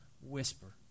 whisper